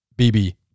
BB